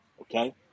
Okay